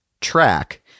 track